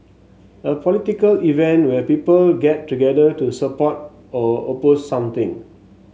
a political event where people get together to support or oppose something